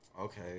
Okay